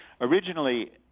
originally